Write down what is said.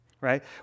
right